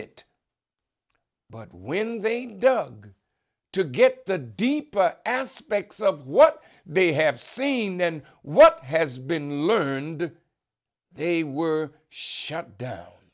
it but when they dug to get the deeper aspects of what they have seen and what has been learned they were shut down